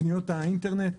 קניות האינטרנט,